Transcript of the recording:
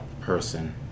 person